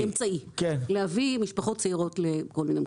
אמצעי להביא משפחות צעירות לכל מיני מקומות.